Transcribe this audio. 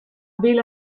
vela